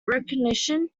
recognition